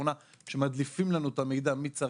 בכל שכונה,